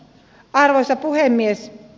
arvoisa puhemies